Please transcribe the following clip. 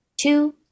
two